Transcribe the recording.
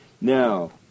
Now